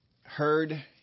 heard